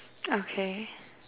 okay